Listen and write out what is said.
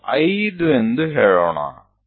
ಇದನ್ನು 5 ಎಂದು ಹೇಳೋಣ